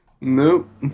Nope